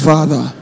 Father